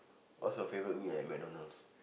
what's your favourite meal at McDonalds